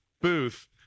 booth